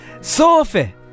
Sophie